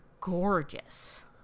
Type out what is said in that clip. gorgeous